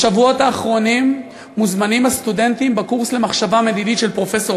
בשבועות האחרונים מוזמנים הסטודנטים בקורס למחשבה מדינית של פרופסור